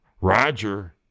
roger